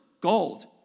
gold